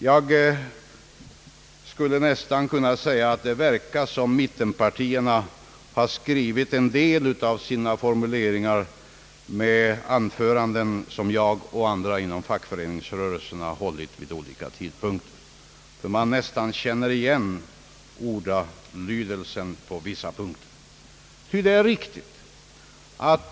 Jag skulle nästan kunna säga, att det verkar som om mittenpartierna har hämtat en del av sina formuleringar från anföranden som hållits av mig och andra inom fackföreningsrörelsen vid olika tidpunkter. Jag känner nästan igen ordalydelsen på vissa punkter.